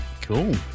Cool